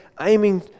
aiming